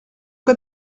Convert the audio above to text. que